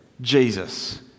Jesus